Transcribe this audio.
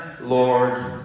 lord